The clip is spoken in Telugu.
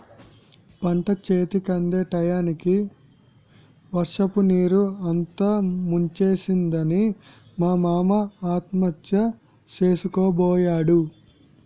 పంటచేతికందే టయానికి వర్షపునీరు అంతా ముంచేసిందని మా మామ ఆత్మహత్య సేసుకోబోయాడు